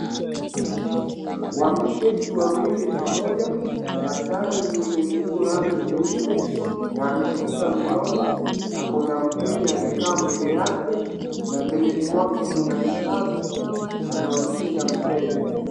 Wameketi wawili pamoja, daktari mwenye nguo rangi nyeupe, amekinga mdomo, ako na mteja amekaa mbele yake, na mbeleni mwake kuna kitabu anauskiza mteja.